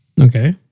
Okay